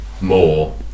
more